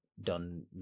done